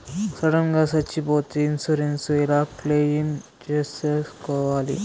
Sudden గా సచ్చిపోతే insurance ఎలా క్లెయిమ్ సేసుకోవాలి?